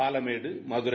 Palamedu Madurai